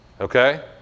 Okay